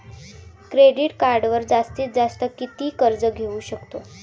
Credit कार्डवर जास्तीत जास्त किती कर्ज घेऊ शकतो?